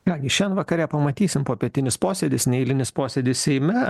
ką gi šiandien vakare pamatysim popietinis posėdis neeilinis posėdis seime